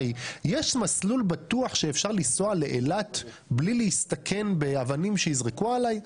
מסלול בטוח שאפשר לנסוע בו לאילת בלי להסתכן בכך שיזרקו עליו אבנים.